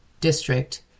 District